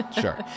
Sure